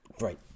right